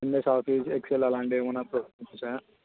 MS Office Excel అలాంటేమన్నా వచ్చా